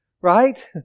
right